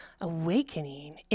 awakening